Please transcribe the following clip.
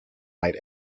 light